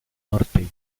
norte